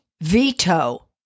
veto